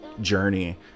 journey